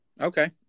Okay